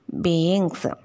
beings